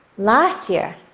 last year,